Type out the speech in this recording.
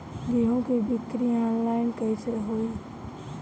गेहूं के बिक्री आनलाइन कइसे होई?